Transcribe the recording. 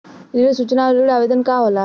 ऋण सूचना और ऋण आवेदन का होला?